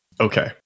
Okay